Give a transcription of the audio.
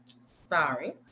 Sorry